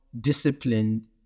disciplined